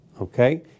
Okay